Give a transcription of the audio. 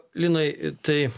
linai tai